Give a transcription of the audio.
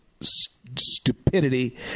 stupidity